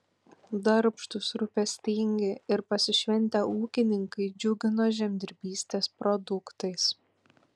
darbštūs rūpestingi ir pasišventę ūkininkai džiugino žemdirbystės produktais